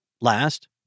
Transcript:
Last